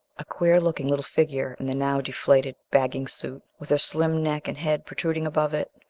a queer-looking little figure in the now deflated, bagging suit with her slim neck and head protruding above it.